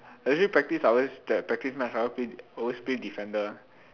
legit practice I always that practice match I want play always play defender